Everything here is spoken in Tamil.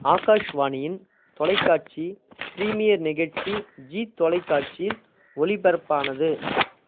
ஆகாஷ்வாணியின் தொலைக்காட்சி ப்ரீமியர் நிகழ்ச்சி ஜீ தொலைக்காட்சியில் ஒளிபரப்பானது